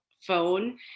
phone